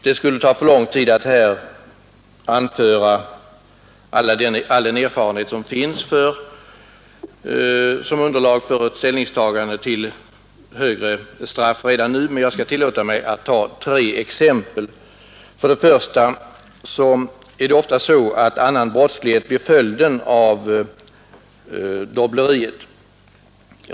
Det skulle ta för lång tid att här anföra alla de skäl som finns som underlag för ett ställningstagande till högre straff redan nu, men jag skall tillåta mig att ta tre exempel. För det första är det ofta så, att annan brottslighet blir följden av dobbleriet.